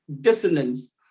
dissonance